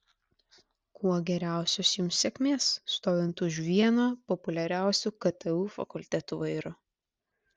kuo geriausios jums sėkmės stovint už vieno populiariausių ktu fakultetų vairo